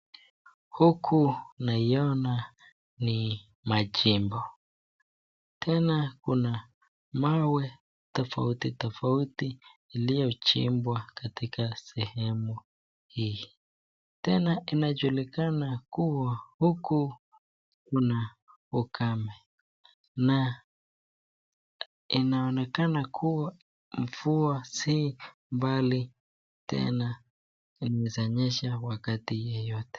Huku naiona ni mashimo tena kuna mawe tofauti tofauti iliyochimbwa katika sehemu hii tena inajulikana kuwa huku kuna ukame na inaonekana kuwa mvua si mbali tena inaeza nyesha wakati yeyote.